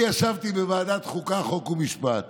אני ישבתי בוועדת החוקה, חוק ומשפט